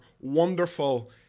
wonderful